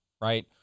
right